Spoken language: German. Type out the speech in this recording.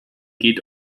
geht